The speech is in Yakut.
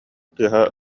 тыаһа